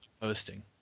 Hosting